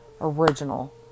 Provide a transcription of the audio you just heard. Original